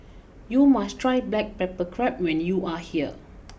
you must try Black Pepper Crab when you are here